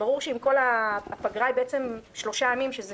ברור שאם הפגרה היא שלושה ימים שלישי,